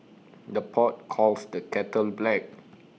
the pot calls the kettle black